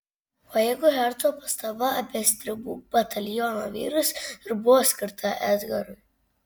o jeigu herco pastaba apie stribų bataliono vyrus ir buvo skirta edgarui